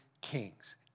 kings